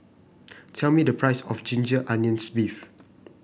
tell me the price of Ginger Onions beef